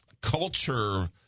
culture